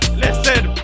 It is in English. Listen